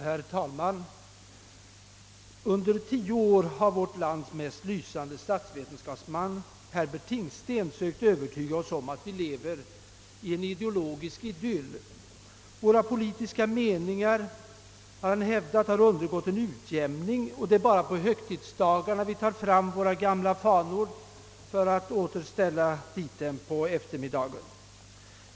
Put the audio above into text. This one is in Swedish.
Herr talman! Under tio år har vårt lands mest lysande statsvetenskapsman, Herbert Tingsten, sökt övertyga oss om att vi lever i en ideologisk idyll. Våra politiska uppfattningar har, hävdar han, undergått en utjämning, och det är bara på högtidsdagarna som vi tar fram våra gamla fanor för att sedan åter ställa dem i garderoberna.